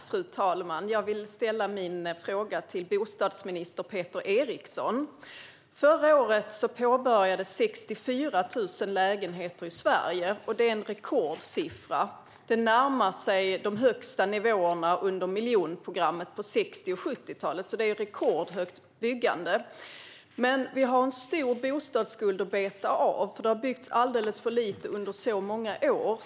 Fru talman! Jag vill ställa min fråga till bostadsminister Peter Eriksson. Förra året påbörjades 64 000 lägenheter i Sverige. Det är en rekordsiffra som närmar sig de högsta nivåerna under miljonprogrammet på 60 och 70-talet. Men vi har en stor bostadsskuld att beta av. Det har byggts alldeles för lite under så många år.